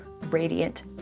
radiant